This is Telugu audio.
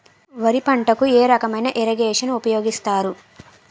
వరి పంటకు ఏ రకమైన ఇరగేషన్ ఉపయోగిస్తారు?